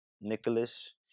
Nicholas